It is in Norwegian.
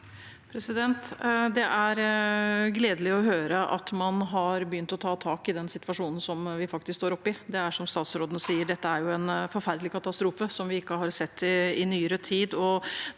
Det er gledelig å høre at man har begynt å ta tak i den situasjonen vi faktisk står oppe i. Som statsråden sier, er dette en forferdelig katastrofe som vi ikke har sett maken til